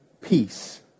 peace